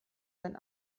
sein